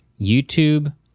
YouTube